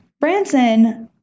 Branson